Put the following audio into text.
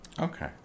Okay